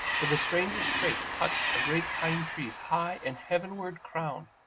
for the stranger straight touched a great pine-tree's high and heavenward crown,